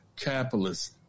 capitalist